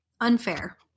Unfair